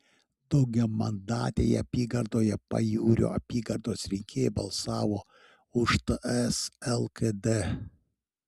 daugiamandatėje apygardoje pajūrio apygardos rinkėjai balsavo už ts lkd